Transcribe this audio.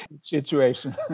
Situation